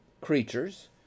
creatures